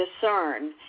discern